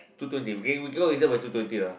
two twenty okay we K we go yourself by two twenty lah